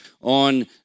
on